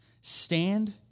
stand